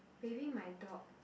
bathing my dog